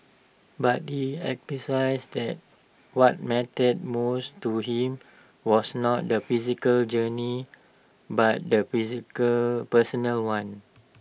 but he emphasised that what mattered most to him was not the physical journey but the physical personal one